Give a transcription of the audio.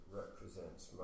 represents